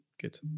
Good